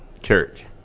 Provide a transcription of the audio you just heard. church